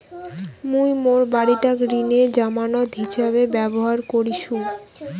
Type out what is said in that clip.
মুই মোর বাড়িটাক ঋণের জামানত হিছাবে ব্যবহার করিসু